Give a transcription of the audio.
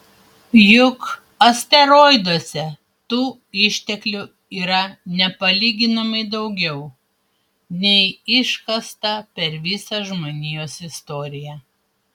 juk asteroiduose tų išteklių yra nepalyginamai daugiau nei iškasta per visą žmonijos istoriją